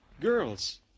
girls